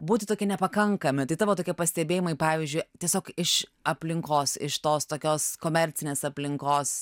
būti tokie nepakankami tai tavo tokie pastebėjimai pavyzdžiui tiesiog iš aplinkos iš tos tokios komercinės aplinkos